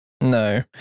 No